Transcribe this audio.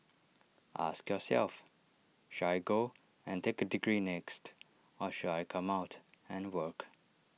ask yourself should I go and take A degree next or should I come out and work